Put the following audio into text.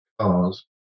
cars